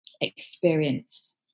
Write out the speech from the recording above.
experience